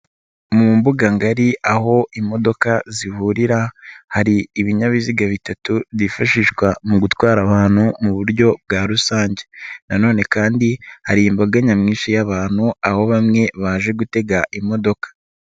Mu mbuga ngari aho imodoka zihurira hari ibinyabiziga bitatu byifashishwa mu gutwara abantu mu buryo bwa rusange na none kandi hari imbaga nyamwinshi y'abantu, aho bamwe baje gutega imodoka.